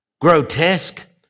grotesque